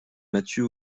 mathieu